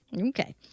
Okay